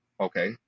Okay